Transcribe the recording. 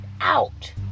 out